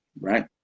right